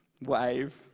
wave